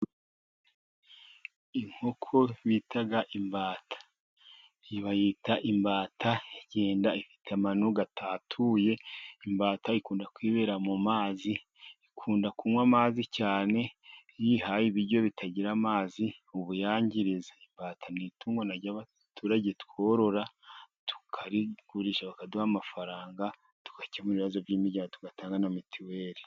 Inkoko bita imbata , iyi bayita imbata iragenda ifite amano atatuye , imbata ikunda kwibera mu mazi , ikunda kunywa amazi cyane , iyo uyihaye ibiryo bitagira amazi ubuyangiriza , imbata n'itungo ry'abaturage tworora tukarigusha bakaduha amafaranga , tugakemura ibibazo by'imiryango tugatanga na mituweli.